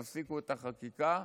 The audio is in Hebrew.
תפסיקו את החקיקה,